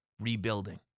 rebuilding